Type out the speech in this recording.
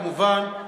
כמובן,